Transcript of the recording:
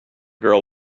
girl